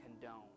condone